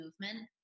movement